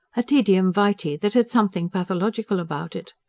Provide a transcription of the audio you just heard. a tedium vitae that had something pathological about it.